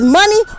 money